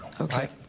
Okay